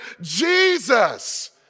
Jesus